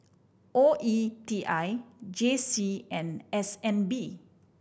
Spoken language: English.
O E T I J C and S N B